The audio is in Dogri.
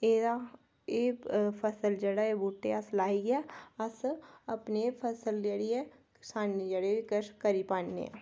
एह्दा एह् फसल जेह्ड़ा ऐ अस बूह्टे लाइयै अस अपनी फसल जेह्ड़ी ऐ किसानी जेह्ड़ी किश करी पान्ने आं